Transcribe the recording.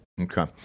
okay